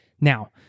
Now